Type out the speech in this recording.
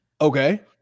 Okay